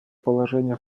положений